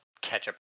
ketchup